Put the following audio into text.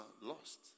lost